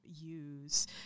use